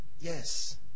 yes